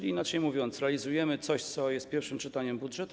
Inaczej mówiąc, realizujemy coś, co jest pierwszym czytaniem budżetu.